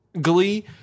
glee